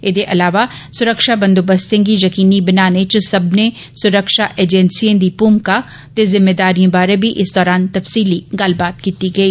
एहदे अलावा सुरक्षा बंदोबस्तें गी यकीनी बनाने च सब्भनें सुरक्षा एजेंसिएं दी भूमिका ते जिम्मेदारिएं बारै बी इस दौरान तफ्सीली गल्लबात कीती गेई